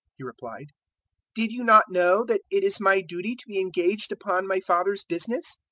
he replied did you not know that it is my duty to be engaged upon my father's business?